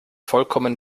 vollkommen